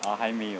err 还没有